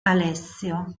alessio